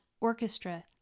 orchestra